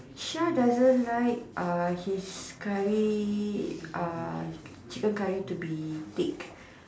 Shah doesn't like uh his curry uh chicken curry to be thick